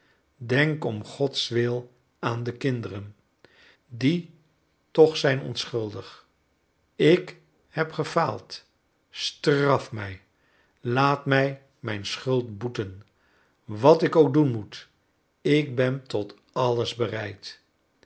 denk om godswil aan de kinderen die toch zijn onschuldig ik heb gefaald straf mij laat mij mijn schuld boeten wat ik ook doen moet ik ben tot alles bereid